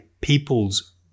people's